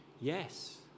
Yes